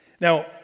Now